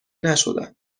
نشدم